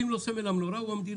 שים לו סמל המנורה, הוא המדינה.